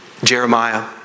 Jeremiah